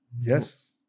Yes